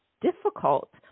difficult